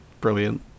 brilliant